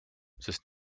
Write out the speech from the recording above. sest